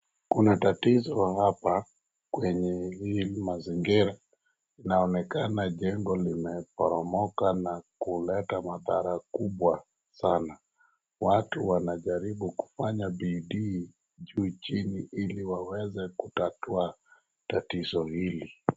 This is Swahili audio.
Kuna tatizo hapa kwenye hili mazingira. Inaonekana jengo limeporomoka na kuleta madhara kubwa sana. Watu wanajaribu kufanya bidii juu chini ili waweze kutatua tatizo hili.